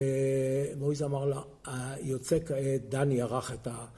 ‫מואיז אמר לה, יוצא כעת, ‫דני ערך את ה...